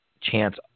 chance